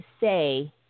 say